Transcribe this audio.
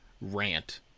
rant